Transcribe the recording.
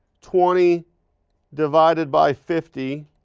twenty divided by fifty